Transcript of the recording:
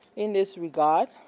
in this regard,